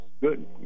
good